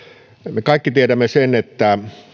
me kaikki tiedämme sen että